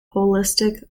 holistic